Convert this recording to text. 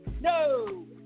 No